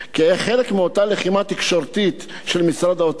כחלק מאותה לחימה תקשורתית של משרד האוצר